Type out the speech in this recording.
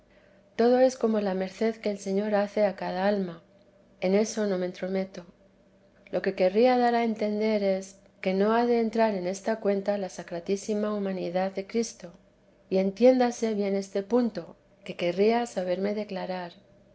todo es como la merced que el señor hace a cada alma en eso no me entremeto lo que querría dar a entender es que no ha de entrar en esta cuenta la sacratísima humanidad de cristo y entiéndase bien este punto que querría saberme declarar